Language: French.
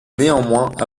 néanmoins